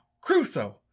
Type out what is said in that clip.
Crusoe